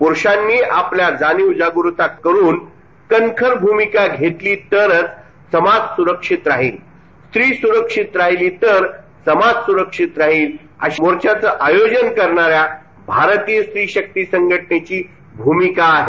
पुरुषांनी आपल्या जाणीवा जागृत करुन कणखर भूमिका घेतली तरंच समाज सुरक्षीत राहील कारण स्त्री सुरक्षीत तर समाज सुरक्षीत राहील असं मोर्चाचं आयोजन करणाऱ्या भारतीय स्त्रीशक्ती संघटनेची भूमिका आहे